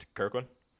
kirkland